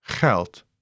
geld